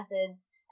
methods